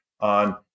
on